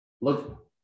look